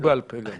ובעל פה גם.